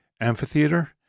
Amphitheater